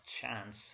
chance